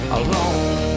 alone